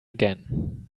again